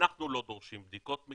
אנחנו לא דורשים בדיקות.